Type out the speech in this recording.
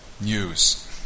news